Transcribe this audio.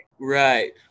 Right